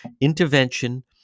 intervention